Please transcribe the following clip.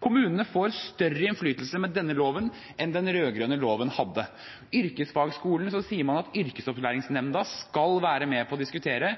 Kommunene får større innflytelse med denne loven enn den rød-grønne loven ga. Om yrkesfagsskolen sier man at yrkesopplæringsnemnda skal være med på å diskutere